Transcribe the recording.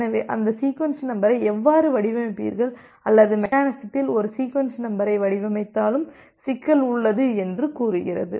எனவே அந்த சீக்வென்ஸ் நம்பரை எவ்வாறு வடிவமைப்பீர்கள் அல்லது மெக்கெனிசத்தில் ஒரு சீக்வென்ஸ் நம்பரை வடிவமைத்தாலும் சிக்கல் உள்ளது என்று கூறுகிறது